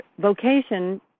vocation